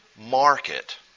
market